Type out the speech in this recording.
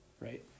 right